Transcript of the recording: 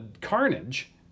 carnage